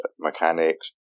mechanics